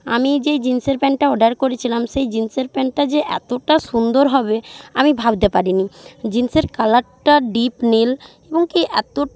আমি যেই জিনসের প্যান্টটা অর্ডার করেছিলাম সেই জিনসের প্যান্টটা যে এতটা সুন্দর হবে আমি ভাবতে পারিনি জিনসের কালারটা ডিপ নীল এবং কী এত